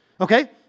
Okay